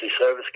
service